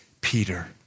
Peter